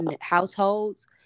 households